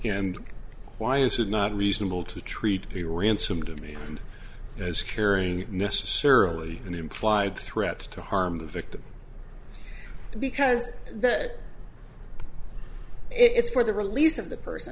and why is it not reasonable to treat the ransom demand as carrying necessarily an implied threat to harm the victim because that it's for the release of the person